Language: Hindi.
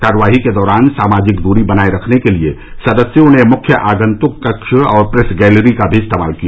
कार्यवाही के दौरान सामाजिक दूरी बनाये रखने के लिए सदस्यों ने मुख्य आगतुंक कक्ष और प्रेस गैलरी का भी इस्तेमाल किया